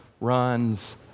runs